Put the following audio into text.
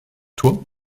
toi